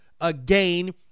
again